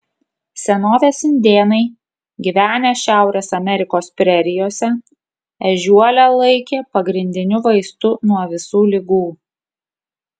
senovės indėnai gyvenę šiaurės amerikos prerijose ežiuolę laikė pagrindiniu vaistu nuo visų ligų